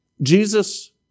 Jesus